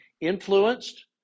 influenced